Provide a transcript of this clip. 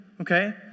Okay